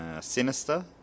Sinister